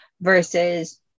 versus